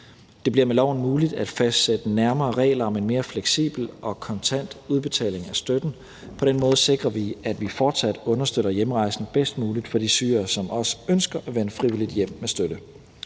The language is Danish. Det bliver med loven muligt at fastsætte nærmere regler om en mere fleksibel og kontant udbetaling af støtten. På den måde sikrer vi, at vi fortsat understøtter hjemrejsen bedst muligt for de syrere, som også ønsker at vende frivilligt hjem med støtte.